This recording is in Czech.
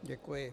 Děkuji.